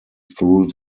through